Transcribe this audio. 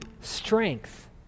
strength